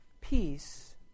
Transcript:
Peace